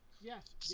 Yes